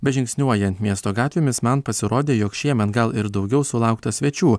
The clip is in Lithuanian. bet žingsniuojant miesto gatvėmis man pasirodė jog šiemet gal ir daugiau sulaukta svečių